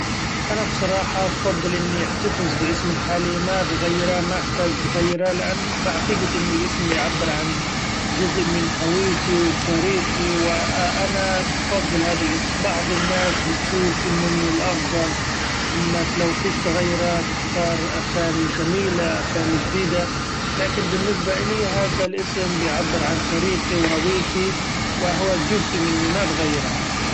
أنا بصراحة بفضل إني أحتفظ بإسمي الحالي ما بغيره ما احتاچ بغيره ،لإن بعتقد إن الاسم يعبر عن چزء من هويتي وتاريخي ، و ‹ hesitate › أنا بفضل هذا الاسم بعض الناس بتشوف إنه من الافضل إنك لو فيك تغيره تختار اسامي چميلة اسامي چديدة لكن بالنسبة إيلي هذا الاسم بيعبر عن تاريخي وهويتي. وهو چزء مني ما بغيره